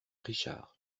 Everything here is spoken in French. richard